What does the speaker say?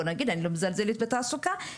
לא מזלזלת בתעסוקה.